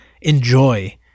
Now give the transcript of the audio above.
enjoy